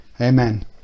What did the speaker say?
Amen